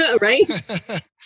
Right